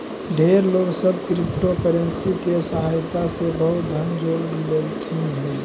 ढेर लोग सब क्रिप्टोकरेंसी के सहायता से बहुत धन जोड़ लेलथिन हे